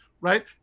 right